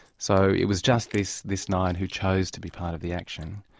so it was just this this nine who chose to be part of the action.